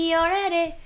already